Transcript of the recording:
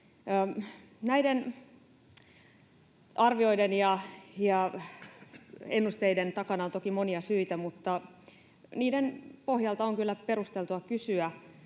Näiden arvioiden ja ennusteiden takana on toki monia syitä, mutta niiden pohjalta on kyllä perusteltua kysyä,